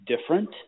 different